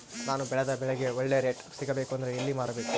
ನಾನು ಬೆಳೆದ ಬೆಳೆಗೆ ಒಳ್ಳೆ ರೇಟ್ ಸಿಗಬೇಕು ಅಂದ್ರೆ ಎಲ್ಲಿ ಮಾರಬೇಕು?